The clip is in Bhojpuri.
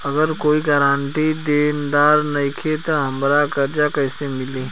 अगर कोई गारंटी देनदार नईखे त हमरा कर्जा कैसे मिली?